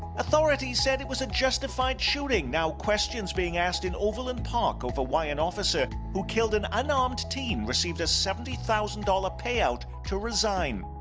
authorities said it was a justified shooting, now questions being asked in overland park over why an officer who killed an unarmed unarmed teen received a seventy thousand dollars payout to resign.